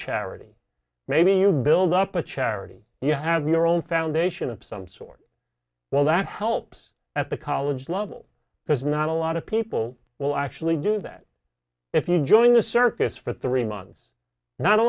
charity maybe you build up a charity you have your own foundation of some sort well that helps at the college level because not a lot of people will actually do that if you join the circus for three months not a